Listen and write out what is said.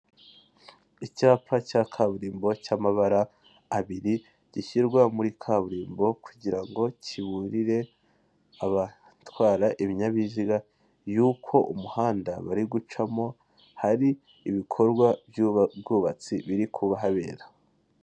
Icyapa cya kaburimbo, cy'amabara abiri, gishyirwa muri kaburimbo kugira ngo kiburire abatwara ibinyabiziga yuko umuhanda bari gucamo hari ibikorwa by'ubwubatsi biri kuhabera.